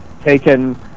taken